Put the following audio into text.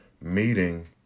meeting